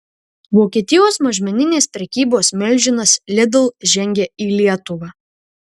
vokietijos mažmeninės prekybos milžinas lidl žengia į lietuvą